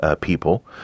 people